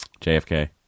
JFK